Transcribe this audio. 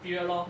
period lor